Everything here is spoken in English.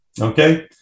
okay